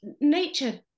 nature